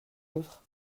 autres